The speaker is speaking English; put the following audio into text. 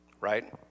right